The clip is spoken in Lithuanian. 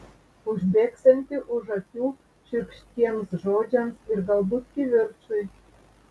užbėgsianti už akių šiurkštiems žodžiams ir galbūt kivirčui